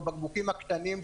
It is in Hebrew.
בבקבוקים הקטנים,